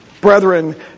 brethren